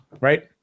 Right